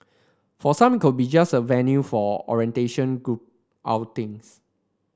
for some it could be just a venue for orientation group outings